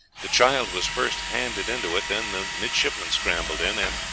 the child was first handed into it, then the midshipmen scrambled in, and,